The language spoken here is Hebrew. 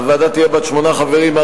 הוועדה תהיה בת שמונה חברים,